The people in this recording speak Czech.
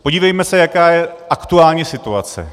Podívejme se, jaká je aktuální situace.